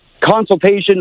consultation